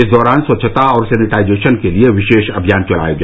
इस दौरान स्वच्छता और सैनिटाइजेशन के लिए विशेष अभियान चलाया गया